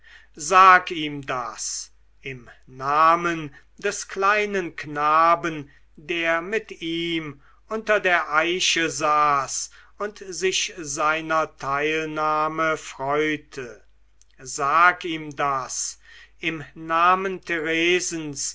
sag ihm das im namen des kleinen knaben der mit ihm unter der eiche saß und sich seiner teilnahme freute sag ihm das im namen